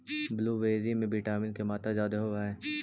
blueberry में vitamin के मात्रा जादे होब हई